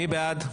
מי בעד?